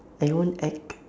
I don't want act